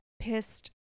pissed